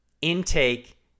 intake